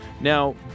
Now